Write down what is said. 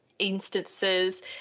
instances